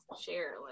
share